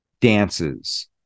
dances